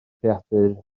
creadur